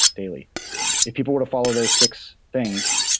daily if people were to follow those six things,